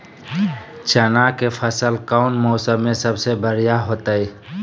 चना के फसल कौन मौसम में सबसे बढ़िया होतय?